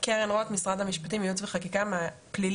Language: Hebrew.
קרן רוט, משרד המשפטים, מייעוץ וחקיקה פלילי.